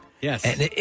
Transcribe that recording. Yes